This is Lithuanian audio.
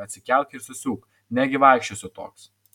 atsikelk ir susiūk negi vaikščiosiu toks